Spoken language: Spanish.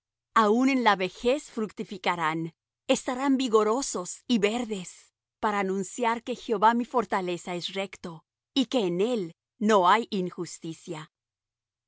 aun en la vejez fructificarán estarán vigorosos y verdes para anunciar que jehová mi fortaleza es recto y que en él no hay injusticia